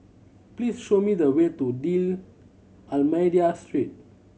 please show me the way to D'Almeida Street